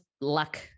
luck